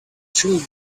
children